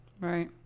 Right